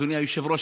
אדוני היושב-ראש,